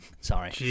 Sorry